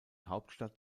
hauptstadt